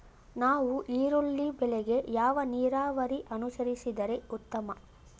ನಾವು ಈರುಳ್ಳಿ ಬೆಳೆಗೆ ಯಾವ ನೀರಾವರಿ ಅನುಸರಿಸಿದರೆ ಉತ್ತಮ?